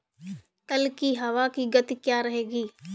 कल की हवा की गति क्या रहेगी?